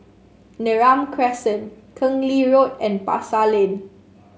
Neram Crescent Keng Lee Road and Pasar Lane